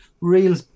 real